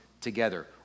together